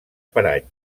parany